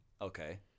Okay